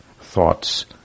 thoughts